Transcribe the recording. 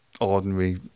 ordinary